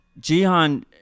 Jihan